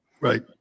Right